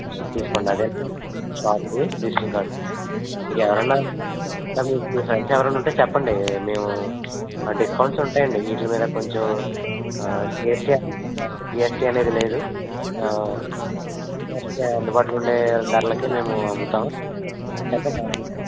తీసుకోండి అదే షాప్ది visiting card మీకెవరన్నా మీ friends ఎవరన్నా ఉంటే చెప్పండి మేము డిస్కౌంట్స్ ఉంటాయండి వీటిల మీద కొంచెం జిఎస్టి అనేది మా షాప్లో జిఎస్టి అనేది లేదు కస్టమర్స్కి అందుబాటులో ఉండే ధరలకే మేము అమ్ముతాం చెప్పండి ఎవరన్నా ఉంటే